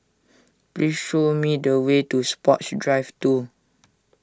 please show me the way to Sports Drive two